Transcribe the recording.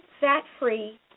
fat-free